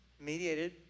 mediated